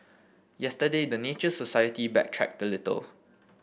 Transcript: yesterday the Nature Society backtracked a little